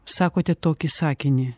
sakote tokį sakinį